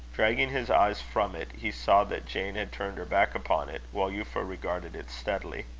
dragging his eyes from it, he saw that jane had turned her back upon it, while euphra regarded it steadily.